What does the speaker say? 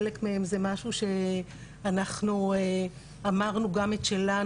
חלק מהן זה משהו שאנחנו אמרנו גם את שלנו